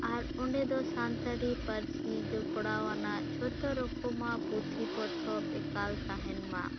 ᱟᱨ ᱚᱸᱰᱮ ᱫᱚ ᱥᱟᱱᱛᱟᱲᱤ ᱯᱟᱹᱨᱥᱤ ᱡᱚᱯᱚᱲᱟᱣ ᱟᱱᱟᱜ ᱡᱷᱚᱛᱚ ᱨᱚᱠᱚᱢᱟᱜ ᱯᱩᱛᱷᱤ ᱯᱚᱛᱚᱵᱽ ᱮᱠᱟᱞ ᱛᱟᱦᱮᱱ ᱢᱟ